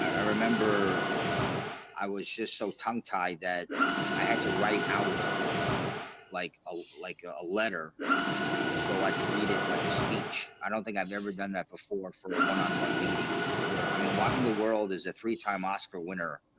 i remember i was just so tongue-tied that i had to write out like a like a a letter so i could read it like a speech. i don't think i've ever done that before for a one-on-one meeting yeah, i mean why in the world is a three-time oscar winner?